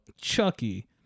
Chucky